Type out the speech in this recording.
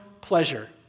pleasure